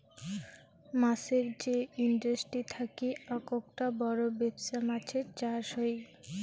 মাছের যে ইন্ডাস্ট্রি থাকি আককটা বড় বেপছা মাছের চাষ হই